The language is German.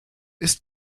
ist